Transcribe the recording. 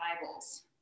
Bibles